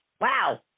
Wow